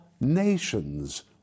nations